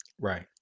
Right